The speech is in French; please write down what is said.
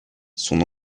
son